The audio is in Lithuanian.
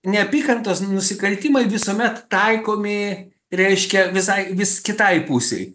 neapykantos nusikaltimai visuomet taikomi reiškia visai vis kitai pusei